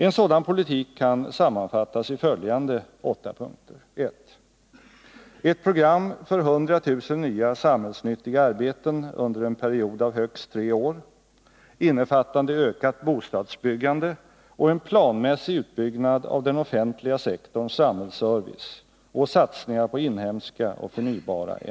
En sådan politik kan sammanfattas i följande åtta punkter: 2.